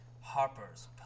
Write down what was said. Harpers